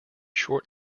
short